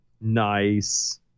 nice